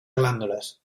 glàndules